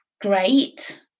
great